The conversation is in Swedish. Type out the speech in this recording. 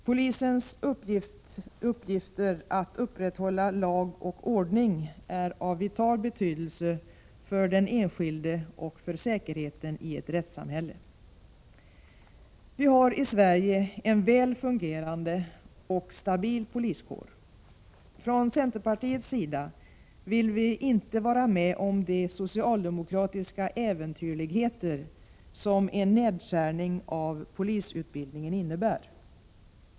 Polisens uppgift att upprätthålla lag och ordning är av vital betydelse för den enskilde och för säkerheten i ett rättssamhälle. Vi har i Sverige en väl fungerande och stabil poliskår. Från centerpartiets sida vill vi inte vara med om de socialdemokratiska äventyrligheter som en nedskärning av polisutbildningen innebär.